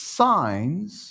signs